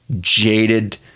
jaded